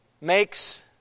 makes